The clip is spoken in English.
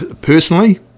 personally